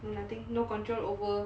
nothing no control over